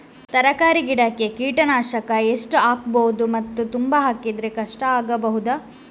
ತರಕಾರಿ ಗಿಡಕ್ಕೆ ಕೀಟನಾಶಕ ಎಷ್ಟು ಹಾಕ್ಬೋದು ಮತ್ತು ತುಂಬಾ ಹಾಕಿದ್ರೆ ಕಷ್ಟ ಆಗಬಹುದ?